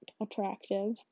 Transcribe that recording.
attractive